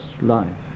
life